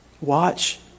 Watch